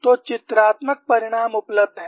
तो चित्रात्मक परिणाम उपलब्ध हैं